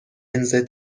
لنز